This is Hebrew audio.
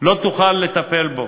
לא תוכל לטפל בו,